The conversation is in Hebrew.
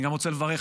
אני גם רוצה לברך,